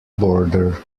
border